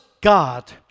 God